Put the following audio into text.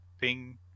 Ping